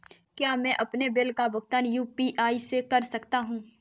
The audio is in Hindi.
क्या मैं अपने बिल का भुगतान यू.पी.आई से कर सकता हूँ?